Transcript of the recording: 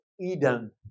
Eden